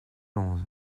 onze